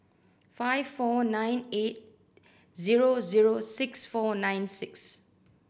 five four nine eight zero zero six four nine six